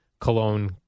Cologne